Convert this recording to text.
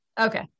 Okay